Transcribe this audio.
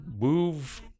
move